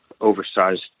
oversized